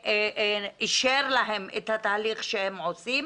שאישר להם את התהליך שהם עושים?